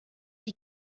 die